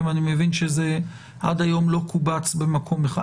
ואני מבין שעד היום זה לא קובץ במקום אחד.